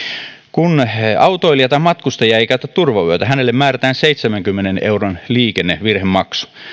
kun autoilija tai matkustaja ei käytä turvavyötä hänelle määrätään seitsemänkymmenen euron liikennevirhemaksu